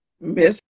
Miss